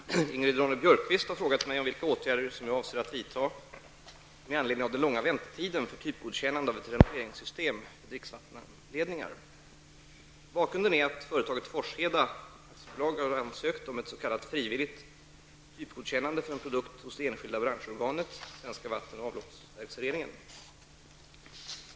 Herr talman! Ingrid Ronne-Björkqvist har frågat mig om vilka åtgärder jag avser att vidta med anledning av den långa väntetiden för typgodkännande av ett renoveringssystem för dricksvattenledningar. Bakgrunden är att företaget Forsheda AB har ansökt om ett s.k. frivilligt typgodkännande för en produkt hos det enskilda branschorganet, Svenska vatten och avloppsverksföreningen.